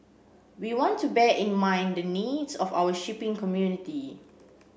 we want to bear in mind the needs of our shipping community